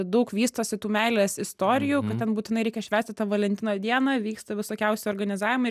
daug vystosi tų meilės istorijų kad ten būtinai reikia švęsti tą valentiną dieną vyksta visokiausi organizavimai